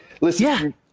Listen